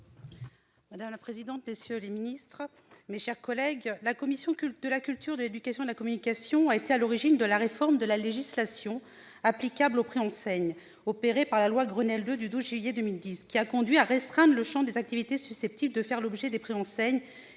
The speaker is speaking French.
pour présenter l'amendement n° 652 rectifié. La commission de la culture, de l'éducation et de la communication a été à l'origine de la réforme de la législation applicable aux préenseignes, opérée par la loi Grenelle II du 12 juillet 2010, qui a conduit à restreindre le champ des activités susceptibles de faire l'objet de préenseignes,